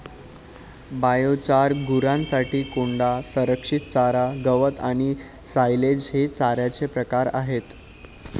biochar, गुरांसाठी कोंडा, संरक्षित चारा, गवत आणि सायलेज हे चाऱ्याचे प्रकार आहेत